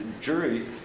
jury